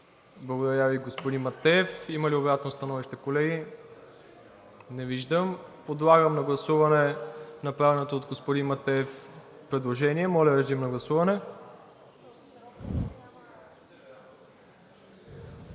Благодаря Ви, господин Матеев. Има ли обратно становище, колеги? Не виждам. Подлагам на гласуване направеното от господин Матеев предложение. Гласували